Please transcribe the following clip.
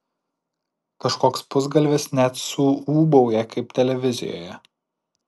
kažkoks pusgalvis net suūbauja kaip televizijoje